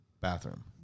bathroom